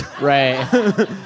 Right